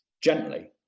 gently